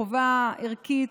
חובה ערכית,